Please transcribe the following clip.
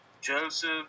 Joseph